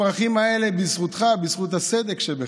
הפרחים האלה בזכותך, בזכות הסדק שבך.